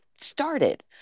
started